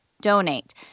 donate